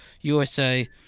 USA